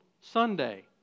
Sunday